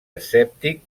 escèptic